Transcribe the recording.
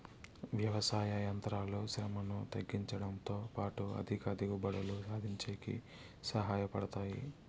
వ్యవసాయ యంత్రాలు శ్రమను తగ్గించుడంతో పాటు అధిక దిగుబడులు సాధించేకి సహాయ పడతాయి